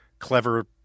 Clever